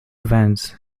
events